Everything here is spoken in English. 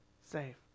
save